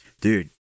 dude